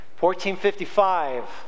1455